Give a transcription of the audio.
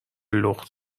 لخت